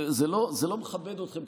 זה לא מכבד אתכם,